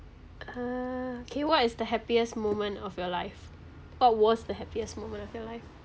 uh K what is the happiest moment of your life what was the happiest moment of your life